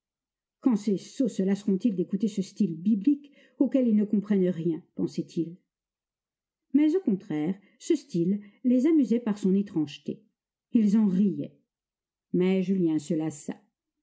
quand ces sots se lasseront ils d'écouter ce style biblique auquel ils ne comprennent rien pensait-il mais au contraire ce style les amusait par son étrangeté ils en riaient mais julien se lassa